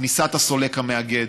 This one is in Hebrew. כניסת הסולק המאגד,